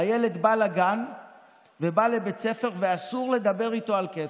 הילד בא לגן ובא לבית ספר ואסור לדבר איתו על כסף.